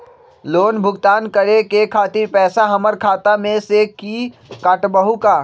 Loan भुगतान करे के खातिर पैसा हमर खाता में से ही काटबहु का?